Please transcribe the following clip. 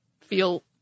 feel